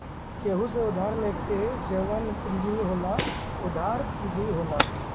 केहू से उधार लेके जवन पूंजी होला उ उधार पूंजी होला